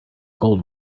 cold